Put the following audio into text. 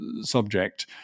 subject